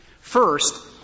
First